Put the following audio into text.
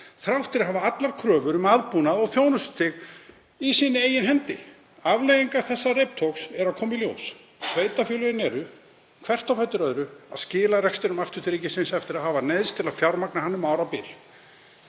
þrátt fyrir að hafa allar kröfur um aðbúnað og þjónustustig í eigin hendi. Afleiðingar þessa reiptogs eru að koma í ljós. Sveitarfélögin eru hvert á fætur öðru að skila rekstrinum aftur til ríkisins eftir að hafa neyðst til að fjármagna hann um árabil